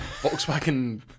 Volkswagen